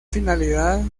finalidad